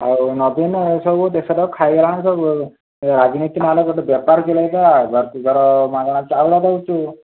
ଆଉ ନବୀନ ଏସବୁ ଦେଶଟାକୁ ଖାଇ ଗଲାଣି ସବୁ ଏ ରାଜନୀତି ନାଁରେ ଗୋଟିଏ ବେପାର ଚଲାଇଛ ଆଉ ଘରକୁ ଘର ମାଗଣା ଚାଉଳ ଦେଉଛୁ